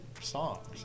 songs